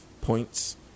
Points